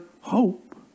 hope